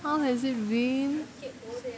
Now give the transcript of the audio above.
how has it been